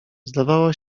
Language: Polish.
zdawała